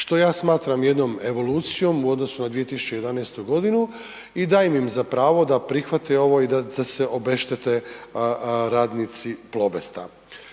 što ja smatram jednom evolucijom u odnosu na 2011.g. i dajem im za pravo da prihvate ovo i da se obeštete radnici Plobesta.